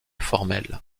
formel